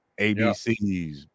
ABCs